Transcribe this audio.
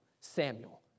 Samuel